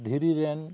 ᱫᱷᱤᱨᱤ ᱨᱮᱱ